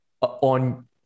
on